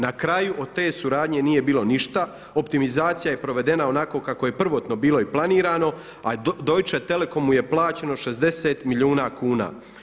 Na kraju od te suradnje nije bilo ništa, optimizacija je provedena onako kako je prvotno bilo i planirano a Deutsche Telekomu je plaćeno 60 milijuna kuna.